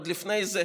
עוד לפני זה,